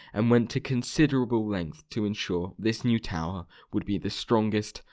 and went to considerable lengths to ensure this new tower would be the strongest,